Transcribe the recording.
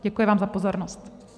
Děkuji vám za pozornost.